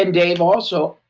ah dave, also,